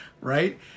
Right